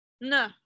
No